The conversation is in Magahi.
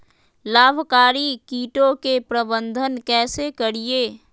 लाभकारी कीटों के प्रबंधन कैसे करीये?